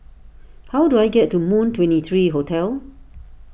how do I get to Moon twenty three Hotel